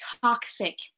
toxic